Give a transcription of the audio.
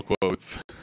quotes